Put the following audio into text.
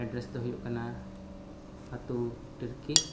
address ᱫᱚ ᱦᱩᱭᱩᱜ ᱠᱟᱱᱟ ᱟᱹᱛᱩ ᱴᱤᱨᱠᱤ